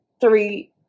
Three